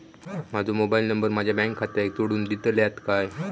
माजो mobile number माझ्या bank खात्याक जोडून दितल्यात काय?